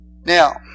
Now